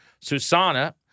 Susana